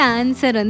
answer